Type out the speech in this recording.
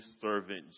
servant